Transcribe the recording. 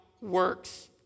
works